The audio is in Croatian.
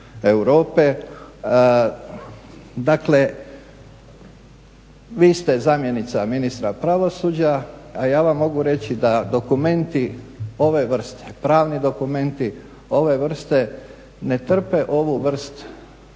Dakle, vi ste zamjenica ministra pravosuđa a ja vam mogu reći da dokumenti ove vrste, pravni dokumenti ove vrste ne trpe ovu vrst